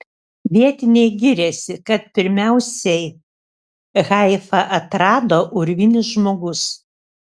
vietiniai giriasi kad pirmiausiai haifą atrado urvinis žmogus